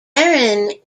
erin